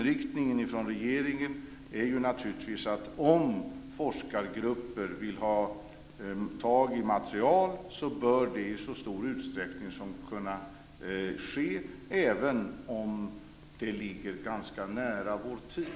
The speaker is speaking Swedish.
Regeringens inriktning är naturligtvis att om forskargrupper vill ha tag i material, bör det i så stor utsträckning som möjligt kunna ske, även om det ligger ganska nära vår tid.